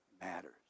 matters